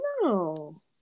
No